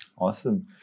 Awesome